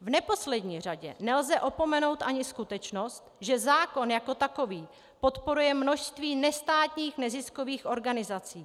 V neposlední řadě nelze opomenout ani skutečnost, že zákon jako takový podporuje množství nestátních neziskových organizací.